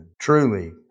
Truly